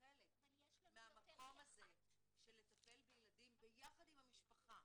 חלק מהמקום הזה של לטפל בילדים ביחד עם המשפחה,